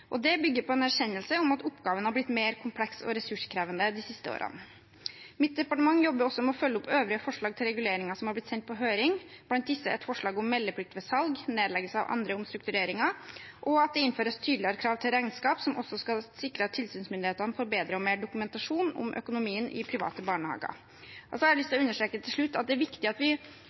har blitt mer komplekse og ressurskrevende de siste årene. Mitt departement jobber også med å følge opp øvrige forslag til reguleringer som er blitt sendt på høring, blant disse et forslag om meldeplikt ved salg, nedleggelse eller andre omstruktureringer, og at det innføres tydeligere krav til regnskap, som også skal sikre at tilsynsmyndighetene får bedre og mer dokumentasjon om økonomien i private barnehager. Så har jeg lyst til å understreke til slutt at det er viktig at vi